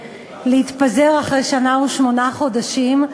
להתפזר אחרי שנה ושמונה חודשים,